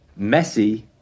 Messi